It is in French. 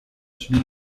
subi